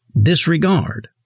disregard